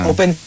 Open